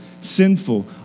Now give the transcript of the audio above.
sinful